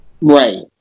Right